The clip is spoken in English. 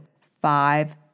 five